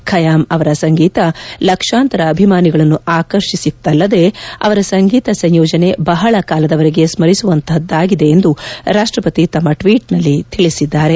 ಖಯಾಂ ಅವರ ಸಂಗೀತ ಲಕ್ಷಾಂತರ ಅಭಿಮಾನಿಗಳನ್ನು ಆಕರ್ಷಿಸಿತ್ತಲ್ಲದೆ ಅವರ ಸಂಗೀತ ಸಂಯೋಜನೆ ಬಹಳ ಕಾಲದವರೆಗೆ ಸ್ನಿಸುವಂತಹದ್ದಾಗಿದೆ ಎಂದು ರಾಷ್ಷಪತಿ ತಮ್ನ ಟ್ವೀಟ್ನಲ್ಲಿ ತಿಳಿಸಿದ್ದಾರೆ